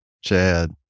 Chad